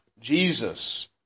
Jesus